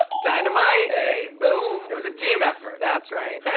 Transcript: dynamite. ay. boom. it was a team effort. that's right.